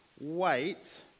wait